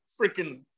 freaking